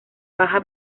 baja